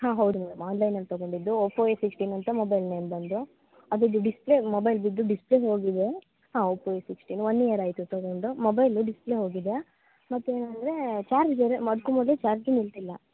ಹಾಂ ಹೌದು ಮೇಡಮ್ ಆನ್ಲೈನಲ್ಲಿ ತಗೊಂಡಿದ್ದು ಒಪೋ ಎ ಸಿಕ್ಸ್ಟಿನ್ ಅಂತ ಮೊಬೈಲ್ ನೇಮ್ ಬಂದು ಅದ್ರದ್ದು ಡಿಸ್ಪ್ಲೇ ಮೊಬೈಲ್ ಬಿದ್ದು ಡಿಸ್ಪ್ಲೇ ಹೋಗಿದೆ ಹಾಂ Oppo A sixteen one year ಆಯಿತು ತಗೊಂಡು ಮೊಬೈಲ್ ಡಿಸ್ಪ್ಲೇ ಹೋಗಿದೆ ಮತ್ತೇನಂದರೆ ಚಾರ್ಜ್ ಬೇರೆ ಅದ್ಕು ಮೊದಲು ಚಾರ್ಜೆ ನಿಲ್ತಿಲ್ಲ